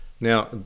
Now